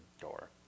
door